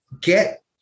get